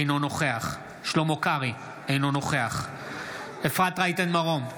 אינו נוכח שלמה קרעי, אינו נוכח אפרת רייטן מרום,